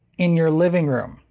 in your living room.